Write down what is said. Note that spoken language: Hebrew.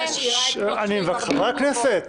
ששש, חברי הכנסת.